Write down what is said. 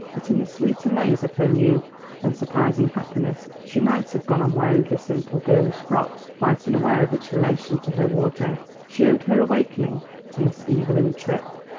but in the sweet amaze of her new and surprising happiness she might have gone on wearing her simple girlish frocks quite unaware of its relation to her wardrobe. she owed her awakening to miss evelyn tripp.